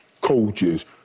coaches